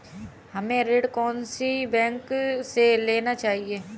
हमें ऋण कौन सी बैंक से लेना चाहिए?